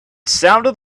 sounded